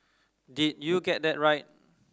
did you get that right